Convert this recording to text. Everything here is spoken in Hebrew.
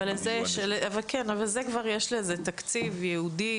אבל לזה כבר יש תקציב ייעודי,